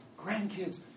grandkids